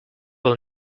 will